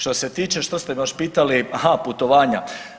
Što se tiče što ste me još pitali, aha putovanja.